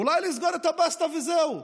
אולי לסגור את הבסטה וזהו.